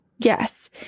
Yes